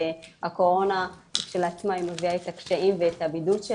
והקורונה כשלעצמה מביאה את הקשיים ואת הבידוד,